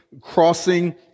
crossing